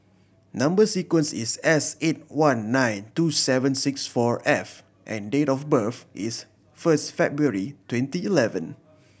number sequence is S eight one nine two seven six four F and date of birth is first February twenty eleven